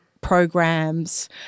programs